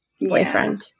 boyfriend